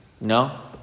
No